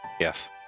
Yes